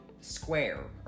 Square